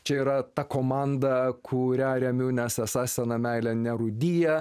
čia yra ta komanda kurią remiu nes esą sena meilė nerūdija